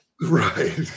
Right